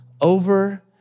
over